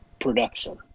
production